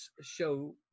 show